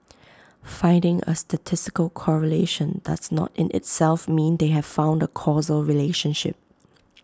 finding A statistical correlation does not in itself mean they have found A causal relationship